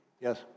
Yes